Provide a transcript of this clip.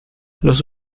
los